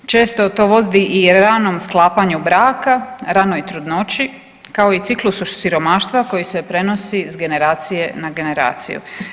Često to vodi i ranom sklapanju braka, ranoj trudnoći kao i ciklusu siromaštva koji se prenosi s generacije na generaciju.